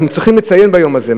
אנחנו צריכים לציין ביום הזה,